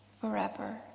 forever